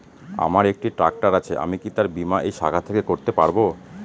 আমার একটি ট্র্যাক্টর আছে আমি কি তার বীমা এই শাখা থেকে করতে পারব?